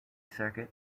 circuit